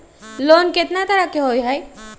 Loan केतना तरह के होअ हई?